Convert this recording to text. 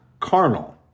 carnal